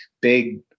big